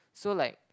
so like